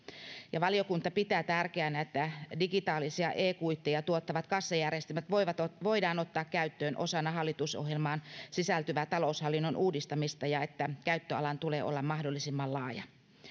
valiokunta pitää tärkeänä että digitaalisia e kuitteja tuottavat kassajärjestelmät voidaan ottaa käyttöön osana hallitusohjelmaan sisältyvää taloushallinnon uudistamista ja käyttöalan tulee olla mahdollisimman laaja